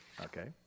okay